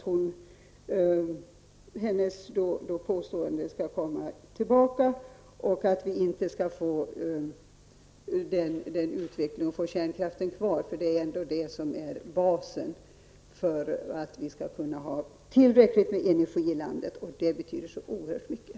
Hennes påståenden gör mig därför orolig att vi inte skall få den utveckling som möjliggörs om vi har kärnkraften kvar -- det är ändå den som är basen och som gör det möjligt att få tillräckligt med energi i landet. Det betyder så oerhört mycket.